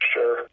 Sure